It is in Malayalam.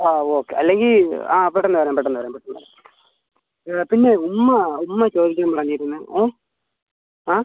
ആ ഓക്കെ അല്ലെങ്കിൽ ആ പെട്ടന്ന് വരാം പെട്ടന്ന് വരാം പെട്ടന്ന് വരാം പിന്നെ ഉമ്മ ഉമ്മ ചോദിക്കാൻ പറഞ്ഞിരുന്നു ഏ ആ